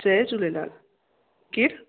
जय झूलेलाल केरु